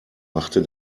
machte